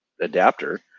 adapter